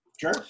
Sure